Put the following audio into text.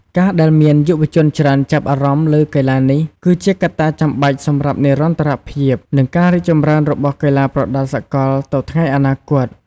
ការដែលមានយុវជនច្រើនចាប់អារម្មណ៍លើកីឡានេះ គឺជាកត្តាចាំបាច់សម្រាប់និរន្តរភាព និងការរីកចម្រើនរបស់កីឡាប្រដាល់សកលទៅថ្ងៃអនាគត។